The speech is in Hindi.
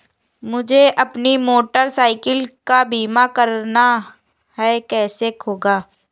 मुझे अपनी मोटर साइकिल का बीमा करना है कैसे होगा?